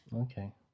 Okay